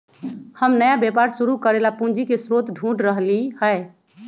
हम नया व्यापार शुरू करे ला पूंजी के स्रोत ढूढ़ रहली है